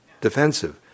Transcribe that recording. defensive